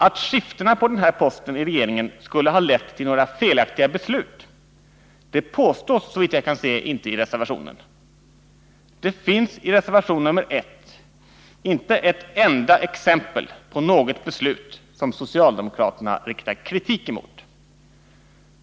Att skiftena på den här statsrådsposten skulle ha lett till felaktiga beslut påstås, såvitt jag kan se, inte i reservationen. Det finns i reservation 1 inte ett enda exempel på något beslut som socialdemokraterna riktar kritik mot.